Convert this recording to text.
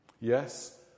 Yes